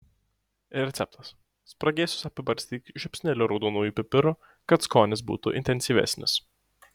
receptas spragėsius apibarstyk žiupsneliu raudonųjų pipirų kad skonis būtų intensyvesnis